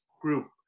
group